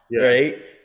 right